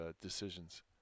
decisions